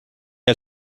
had